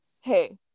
hey